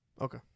Okay